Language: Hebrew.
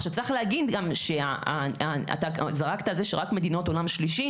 צריך להגיד גם שאתה זרקת על זה שרק מדינות עולים שלישי,